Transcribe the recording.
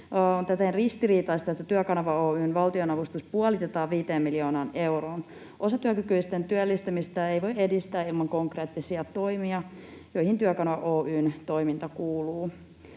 On täten ristiriitaista, että Työkanava Oy:n valtionavustus puolitetaan viiteen miljoonaan euroon. Osatyökykyisten työllistämistä ei voi edistää ilman konkreettisia toimia, joihin Työkanava Oy:n toiminta kuuluu.